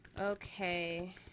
okay